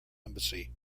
embassy